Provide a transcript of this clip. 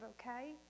okay